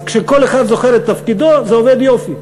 אז כשכל אחד זוכר את תפקידו, זה עובד יופי.